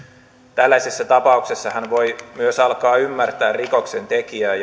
tällaisessa tapauksessa hän voi myös alkaa ymmärtää rikoksentekijää